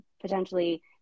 potentially